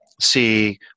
see